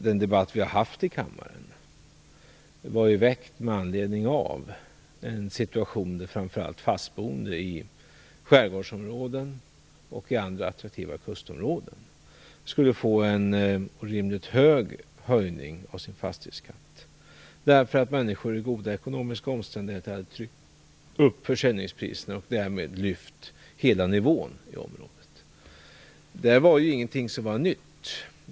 Den debatt som har förts i kammaren är väckt med anledning av att framför allt fastboende i skärgårdsområden och i andra attraktiva kustområden skulle få en orimligt hög höjning av sin fastighetsskatt, eftersom människor i goda ekonomiska omständigheter hade tryckt upp försäljningspriserna och därmed lyft hela nivån i området. Detta var ingenting nytt.